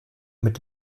mit